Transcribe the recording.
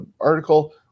article